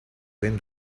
ben